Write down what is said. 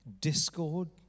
discord